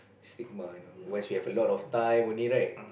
stigma you know once you have a lot of time only right